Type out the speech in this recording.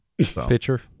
Pitcher